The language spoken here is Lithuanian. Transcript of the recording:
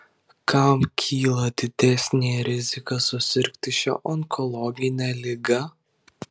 kam kyla didesnė rizika susirgti šia onkologine liga